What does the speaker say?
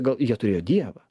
gal jie turėjo dievą